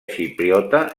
xipriota